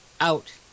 out